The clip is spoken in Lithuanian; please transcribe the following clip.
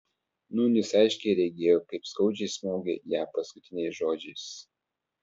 nūn jis aiškiai regėjo kaip skaudžiai smogė ją paskutiniais žodžiais